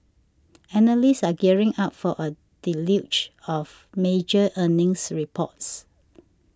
analysts are gearing up for a deluge of major earnings reports